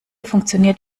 funktioniert